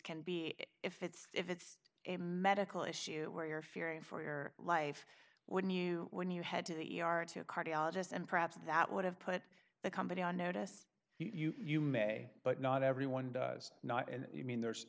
can be if it's if it's a medical issue where you're fearing for your life wouldn't you when you head to the e r to a cardiologist and perhaps that would have put the company on notice you you may but not everyone does not and you mean there's